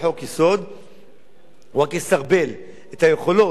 הוא רק יסרבל את היכולות של ממשלות ישראל ושל כנסת ישראל נגד,